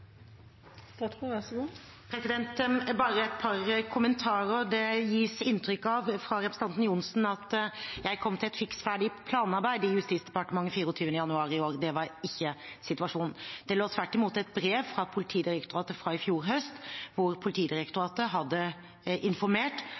Bare et par kommentarer: Det gis inntrykk av fra representanten Johnsen at jeg kom til et fiks ferdig planarbeid i Justisdepartementet 24. januar i år. Det var ikke situasjonen. Det lå tvert imot et brev fra Politidirektoratet fra i fjor høst, hvor